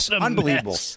unbelievable